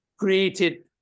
created